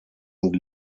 und